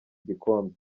gikombe